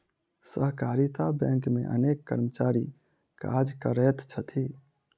सहकारिता बैंक मे अनेक कर्मचारी काज करैत छथि